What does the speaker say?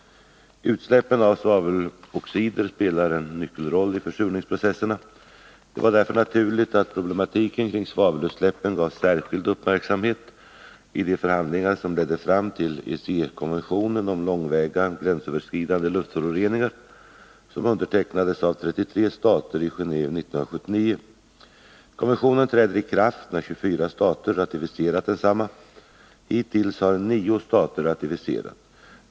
Utsläppen av svaveloxider spelar en nyckelroll i försurningsprocesserna. Det var därför naturligt att problematiken kring svavelutsläppen gavs särskild uppmärksamhet i de förhandlingar som ledde fram till ECE-konventionen om långväga gränsöverskridande luftföroreningar, som undertecknades av 33 stater i Genåve 1979. Konventionen träder i kraft när 24 stater ratificerat densamma. Hittills har 9 stater ratificerat.